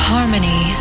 Harmony